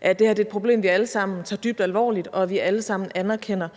at det her er et problem, vi alle sammen tager dybt alvorligt, og at vi alle sammen anerkender,